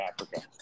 africa